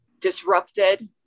disrupted